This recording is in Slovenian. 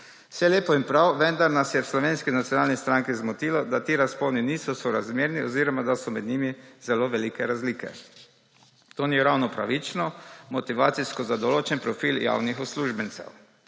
Vse lepo in prav, vendar nas je v Slovenski nacionalni stranki zmotilo, da ti razponi niso sorazmerni oziroma da so med njimi zelo velike razlike. To ni ravno pravično, motivacijsko za določen profil javnih uslužbencev.